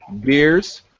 Beers